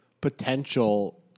potential